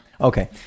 Okay